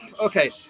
Okay